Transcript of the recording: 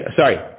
sorry